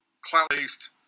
cloud-based